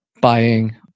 buying